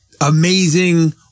amazing